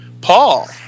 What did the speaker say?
Paul